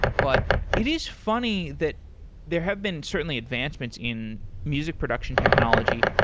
but it is funny that there have been certainly advancements in music production technology,